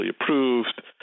approved